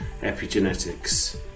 epigenetics